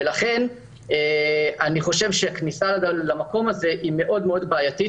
אני חושב שכניסה למקום הזה היא בעייתית.